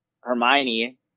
Hermione